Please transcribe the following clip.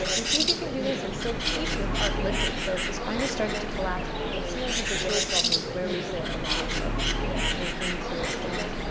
and see if you can do this and still keep your heart lifted. so if the spine has started to collapse, that's your habitual self. this is where we sit a lot, so we're working to again,